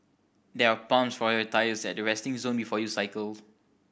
there are pumps for your tyres at the resting zone before you cycle